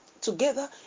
together